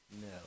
No